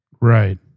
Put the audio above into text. Right